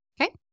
Okay